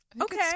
Okay